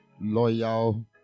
loyal